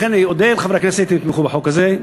לכן אודה לחברי הכנסת אם יתמכו בחוק הזה.